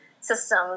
system